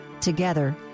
Together